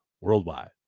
worldwide